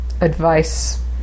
advice